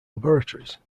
laboratories